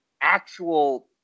actual